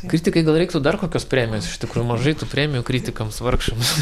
kritikai gal reiktų dar kokios premijos iš tikrų mažai tų premijų kritikams vargšams